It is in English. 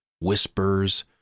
whispers